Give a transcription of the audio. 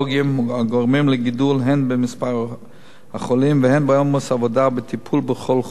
הגורמות לגידול הן במספר החולים והן בעומס העבודה בטיפול בכל חולה,